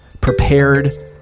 prepared